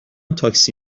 تاکسی